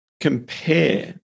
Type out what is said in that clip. compare